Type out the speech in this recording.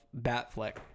Batfleck